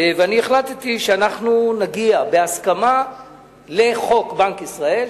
והחלטתי שאנחנו נגיע בהסכמה לחוק בנק ישראל,